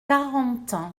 quarante